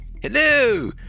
Hello